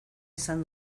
izan